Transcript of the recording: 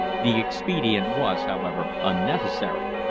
the expedient was, however, unnecessary.